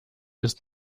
ist